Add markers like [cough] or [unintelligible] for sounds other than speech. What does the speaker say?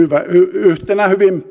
yhtenä hyvin [unintelligible]